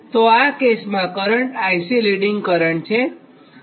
તો આ કેસમાં કરંટ IC લીડિંગ કરંટ છે